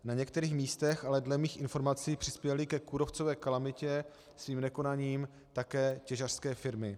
Na některých místech ale dle mých informací přispěly ke kůrovcové kalamitě svým nekonáním také těžařské firmy.